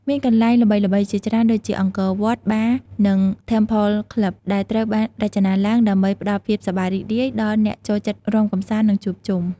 មានកន្លែងល្បីៗជាច្រើនដូចជា អង្គរវត្ត បារ និង ធេមផល ក្លឹប (Temple Club) ដែលត្រូវបានរចនាឡើងដើម្បីផ្តល់ភាពសប្បាយរីករាយដល់អ្នកចូលចិត្តរាំកម្សាន្ត និងជួបជុំ ។